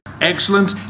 Excellent